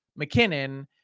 McKinnon